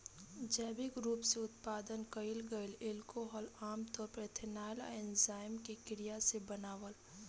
जैविक रूप से उत्पादन कईल गईल अल्कोहल आमतौर पर एथनॉल आ एन्जाइम के क्रिया से बनावल